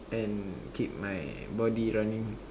and keep my body running